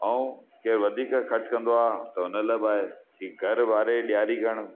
ऐं के वधीक ख़र्चु कंदो आहे त उन जे लाइ आहे घर वारे ॾियारी करणु